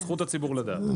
זכות הציבור לדעת.